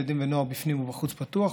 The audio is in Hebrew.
ילדים ונוער: בפנים ובחוץ פתוח,